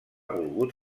volgut